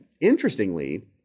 Interestingly